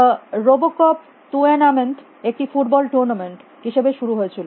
the RoboCup tournament একটি football tournament হিসাবে শুরু হয়েছিল